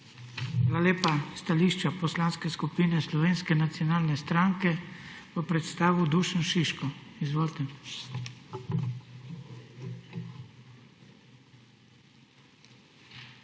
Hvala lepa. Stališča Poslanske skupine Slovenske nacionalne stranke bo predstavil Dušan Šiško. Izvolite. **DUŠAN